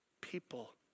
people